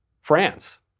France